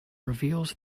reveals